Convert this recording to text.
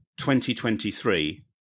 2023